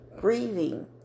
breathing